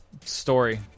story